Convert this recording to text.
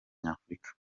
nyafurika